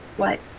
what?